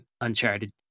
uncharted